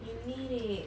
you need it